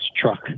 Truck